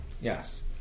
Yes